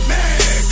Man